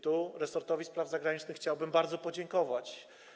Tu resortowi spraw zagranicznych chciałbym bardzo podziękować.